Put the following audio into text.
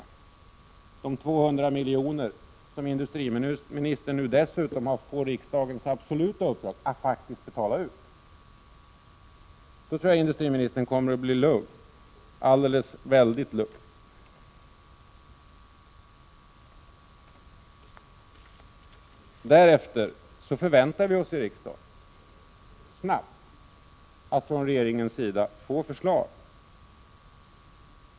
Det är 200 miljoner som industriministern får riksdagens absoluta uppdrag att betala ut. Då tror jag att industriministern kommer att bli lugn, alldeles väldigt lugn. Därefter förväntar vi oss att riksdagen får regeringens förslag snabbt.